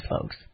folks